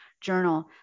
journal